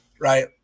right